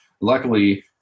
Luckily